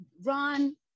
run